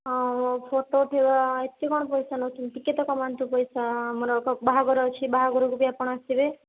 ହଁ ଫଟୋ ଉଠେଇବା ଏତେ କ'ଣ ପଇସା ନେଉଛନ୍ତି ଟିକିଏ ତ କମାନ୍ତୁ ପଇସା ଆମର ତ ବାହାଘର ଅଛି ବାହାଘରକୁ ବି ଆପଣ ଆସିବେ